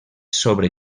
sobre